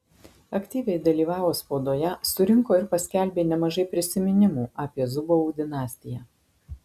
aktyviai dalyvavo spaudoje surinko ir paskelbė nemažai prisiminimų apie zubovų dinastiją